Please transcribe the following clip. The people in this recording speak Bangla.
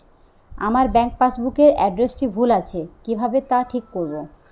আমার ব্যাঙ্ক পাসবুক এর এড্রেসটি ভুল আছে কিভাবে তা ঠিক করবো?